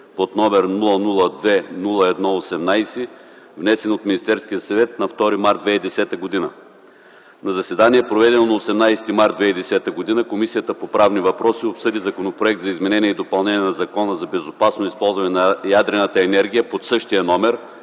№ 002-01-18, внесен от Министерския съвет на 2 март 2010 г. На заседание, проведено на 18 март 2010 г., Комисията по правни въпроси обсъди Законопроект за изменение и допълнение на Закона за безопасно използване на ядрената енергия, № 002-01-18,